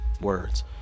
words